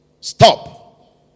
stop